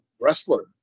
wrestler